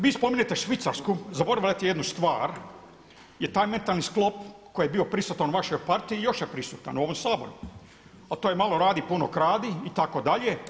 Vi spominjete Švicarsku, zaboravljate jednu stvar, jer taj mentalni sklop koji je bio prisutan u vašoj partiji još je prisutan u ovom Saboru a to je malo radi, puno kradi itd.